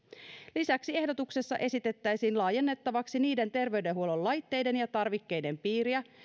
lisäksi ehdotuksessa esitettäisiin laajennettavaksi niiden terveydenhuollon laitteiden ja tarvikkeiden piiriä